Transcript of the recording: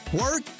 work